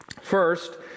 First